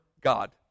God